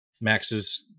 Max's